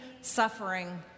suffering